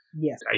Yes